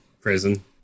prison